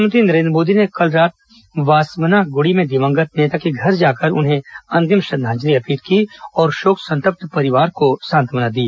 प्रधानमंत्री नरेन्द्र मोदी ने कल रात वासवनागुड़ी में दिवंगत नेता के घर जाकर उन्हें अन्तिम श्रद्धांजलि अर्पित की और शोक संतप्त परिवार को सांत्वना दी